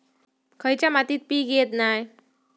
खयच्या मातीत पीक येत नाय?